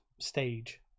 stage